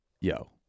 yo